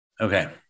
Okay